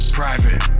private